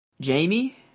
Jamie